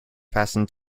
fasten